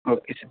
okay sir